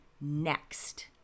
next